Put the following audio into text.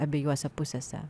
abiejose pusėse